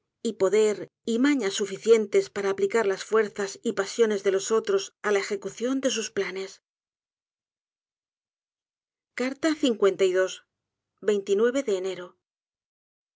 y poder y maña suficientes para aplicar las fuerzas y pasiones de los otros á la ejecución de sus píanes de enero